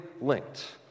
linked